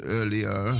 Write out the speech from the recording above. earlier